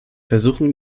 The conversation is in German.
versuchen